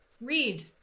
read